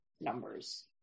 numbers